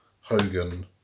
Hogan